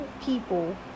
people